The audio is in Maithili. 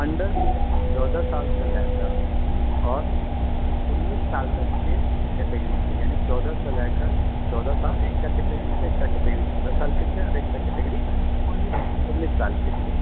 अंडर चौदह साल सँ लए कऽ आओर उन्नीस साल तक के कैटगरी छै यानि चौदह सँ लए कऽ चौदह साल एकटा कैटगरी छै एकटा कैटगरी सत्रह साल के छै और एकटा कैटगरी उन्नीस उन्नीस साल के छै